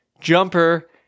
Jumper